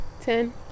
Ten